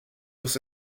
los